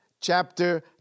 chapter